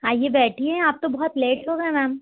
आइए बैठिए आप तो बहुत लेट हो गए मैम